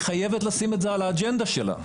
היא חייבת לשים את זה על האג'נדה שלה.